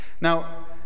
Now